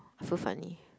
so funny